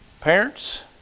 Parents